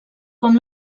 com